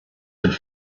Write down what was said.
could